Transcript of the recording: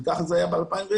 וככה זה היה ב-2010,